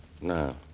No